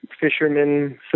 fishermen